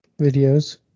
Videos